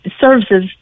services